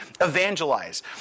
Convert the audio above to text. evangelize